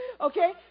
Okay